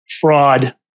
fraud